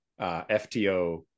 FTO